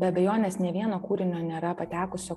be abejonės nė vieno kūrinio nėra patekusio